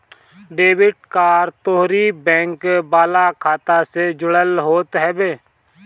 debit card तोहरी bank वाला खाता से जुड़ल होत हवे